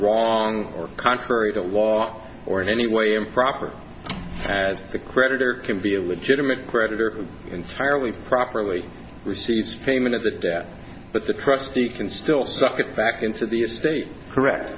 wrong or contrary to law or in any way improper as the creditor can be a legitimate creditor entirely properly receives payment of the debt but the custody can still suck it back into the estate